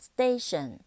Station